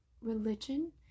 religion